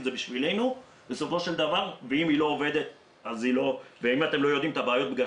עבורנו בסופו של דבר ואם היא לא עובדת ואתם לא יודעים את הבעיות בגלל